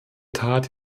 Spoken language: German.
tat